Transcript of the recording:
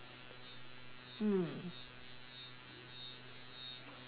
hmm